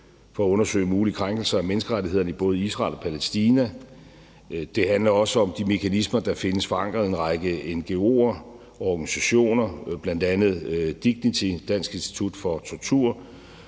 for at undersøge mulige krænkelser af menneskerettighederne både i Israel og Palæstina, det handler også om de mekanismer, der findes forankret i en række ngo'er og organisationer, bl.a. DIGNITY – Dansk Institut Mod Tortur,